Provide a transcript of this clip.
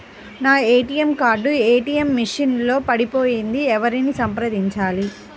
నా ATM card ATM machine లో పడిపోయింది ఎవరిని సంప్రదించాలి?